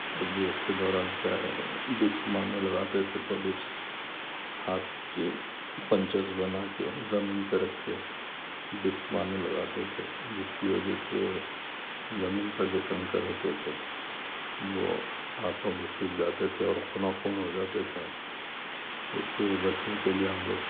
تربیت کے دوران کیا ہے ڈپس مارنے لگاتے تھے ڈپس ہاتھ کے پنچیز بنا کے زمین پہ ڈپس مارنے لگاتے تھے جس کی وجہ سے زمین پر جو کنکر ہوتے تھے وہ ہاتھوں کو چبھ جاتے تھے اور خونا خون ہو جاتے تھے اس سے بچنے کے لیے ہم لوگ